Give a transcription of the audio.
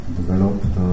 developed